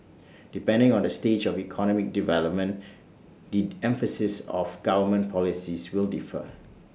depending on the stage of economic development the emphasis of government policies will differ